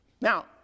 Now